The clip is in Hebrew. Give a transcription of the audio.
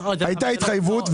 הייתה התחייבות.